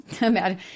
imagine